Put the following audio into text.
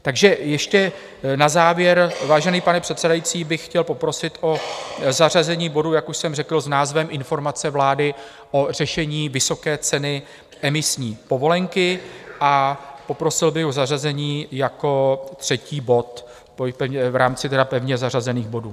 Takže ještě na závěr, vážený pane předsedající, bych chtěl poprosit o zařazení bodu, jak už jsem řekl, s názvem Informace vlády o řešení vysoké ceny emisní povolenky a poprosil bych o zařazení jako třetí bod v rámci tedy pevně zařazených bodů.